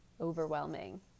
overwhelming